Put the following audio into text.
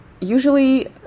usually